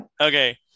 okay